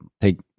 take